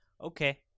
okay